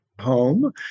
home